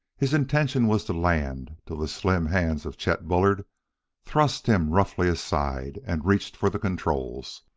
his intention was to land, till the slim hands of chet bullard thrust him roughly aside and reached for the controls.